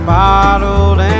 bottled